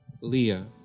Leah